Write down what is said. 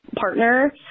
partner